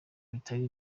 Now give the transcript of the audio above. bitari